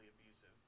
abusive